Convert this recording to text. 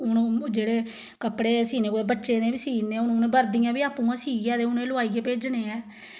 हुन जेह्ड़़े कपड़े सीने पवै बच्चें दे बी सीने हून उ'नें बर्दियां बी आपूं गै सीए ते उ'नें गी लोआइयै गै भेजने आं